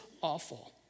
awful